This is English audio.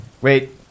wait